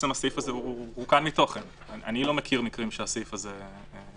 שהסעיף הזה רוקם מתוכן אני לא מכיר מקרים שהסעיף הזה הופעל.